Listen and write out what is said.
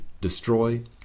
destroy